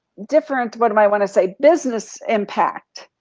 different, what am i wanna say, business impact,